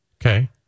Okay